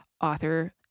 author